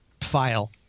file